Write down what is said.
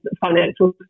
financial